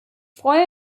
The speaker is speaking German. freue